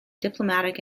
diplomatic